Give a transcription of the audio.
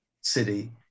city